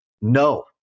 No